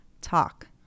talk